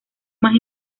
más